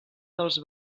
dels